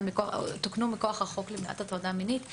שתוקנו מכוח החוק למניעת הטרדה מינית,